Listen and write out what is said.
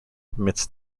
admits